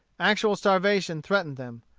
actual starvation threatened them.